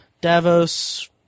Davos